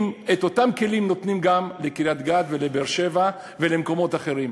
אם את אותם כלים נותנים גם לקריית-גת ולבאר-שבע ולמקומות אחרים,